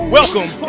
welcome